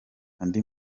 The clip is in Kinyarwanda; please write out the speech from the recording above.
andi